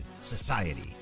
Society